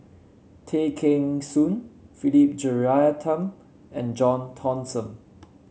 Tay Kheng Soon Philip Jeyaretnam and John Thomson